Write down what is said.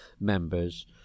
members